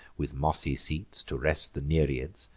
with mossy seats, to rest the nereids,